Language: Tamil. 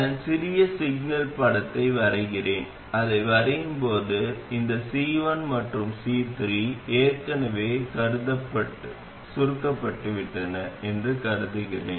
இதன் சிறிய சிக்னல் படத்தை வரைகிறேன் அதை வரையும்போது இந்த C1 மற்றும் C3 ஏற்கனவே சுருக்கப்பட்டுவிட்டன என்று கருதுகிறேன்